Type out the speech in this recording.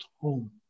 home